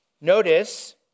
Notice